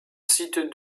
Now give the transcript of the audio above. site